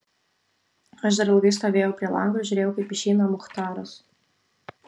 aš dar ilgai stovėjau prie lango ir žiūrėjau kaip išeina muchtaras